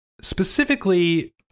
Specifically